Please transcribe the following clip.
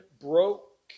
broke